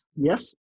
Yes